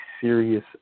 serious